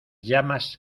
llamas